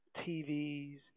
TVs